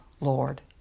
Lord